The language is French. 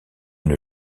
une